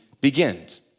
begins